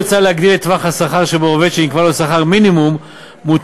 מוצע להגדיל את טווח השכר שבו עובד שנקבע לו שכר מינימום מותאם,